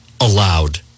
allowed